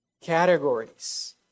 categories